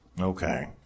Okay